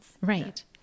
Right